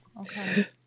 Okay